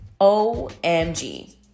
omg